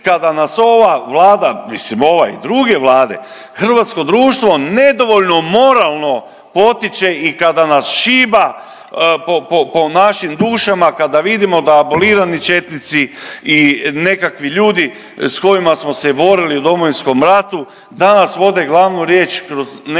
kada nas ova vlada, mislim ova i druge vlade hrvatsko društvo nedovoljno moralno potiče i kada nas šiba po našim dušama kada vidimo da abolirani četnici i nekakvi ljudi s kojima smo se borili u Domovinskom ratu danas vode glavnu riječ kroz nekim